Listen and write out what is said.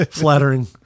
flattering